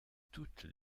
toutes